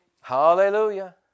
Hallelujah